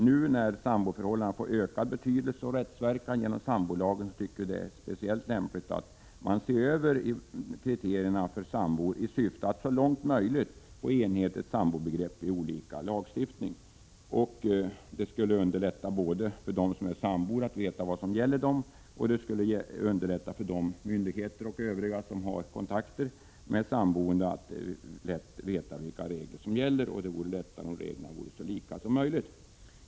Nu när samboförhållanden får ökad betydelse och rättsverkan genom sambolagen är det speciellt lämpligt att se över kriterierna för sambor i syfte att så långt som möjligt få ett enhetligt sambobegrepp i all lagstiftning. Att veta vilka regler som gäller skulle underlätta både för dem som är sambor och för de myndigheter och övriga som har kontakt med samboende. Det vore lättare att veta vad som gäller om reglerna vore så lika som möjligt.